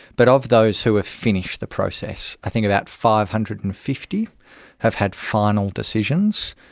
but of those who have finished the process i think about five hundred and fifty have had final decisions,